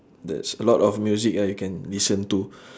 there's a lot of music ah you can listen to